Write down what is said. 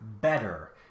better